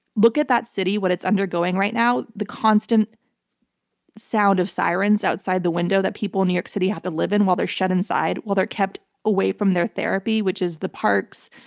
look at that city what it's undergoing right now, the constant sound of sirens outside the window that people in new york city have to live in while they're shut inside, while they're kept away from their therapy, which is the parks,